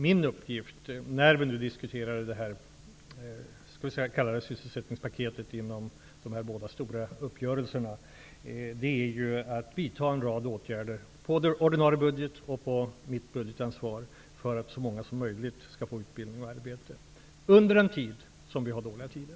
Min uppgift, när vi nu diskuterar det s.k. sysselsättningspaketet inom de båda stora uppgörelserna, är att vidta en rad åtgärder inom ramen för ordinarie budget -- mitt budgetansvar -- för att så många som möjligt skall få utbildning och arbete under dessa dåliga tider.